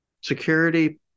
Security